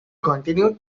continued